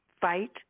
fight